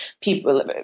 people